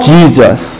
Jesus